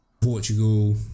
Portugal